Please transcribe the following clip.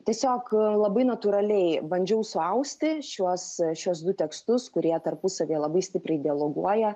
tiesiog labai natūraliai bandžiau suausti šiuos šiuos du tekstus kurie tarpusavyje labai stipriai dialoguoja